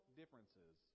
differences